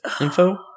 info